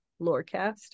lorecast